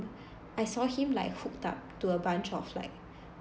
I saw him like hooked up to a bunch of like